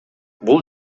бул